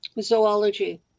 zoology